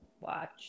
watch